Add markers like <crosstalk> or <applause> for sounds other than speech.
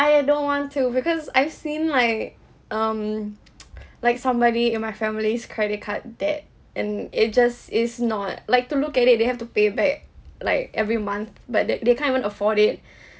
I don't want to because I've seen like um <noise> like somebody in my family's credit card debt and it just is not like to look at it they have to pay back like every month but that they can't even afford it <breath>